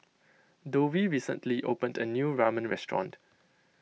Dovie recently opened a new Ramen restaurant